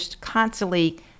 constantly